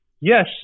yes